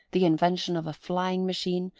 the invention of a flying machine,